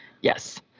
Yes